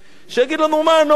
שיגיד לנו מה הנורמות.